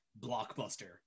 blockbuster